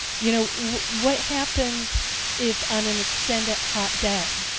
you know what happens if on an extended hot day,